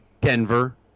Denver